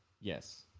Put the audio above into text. yes